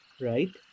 right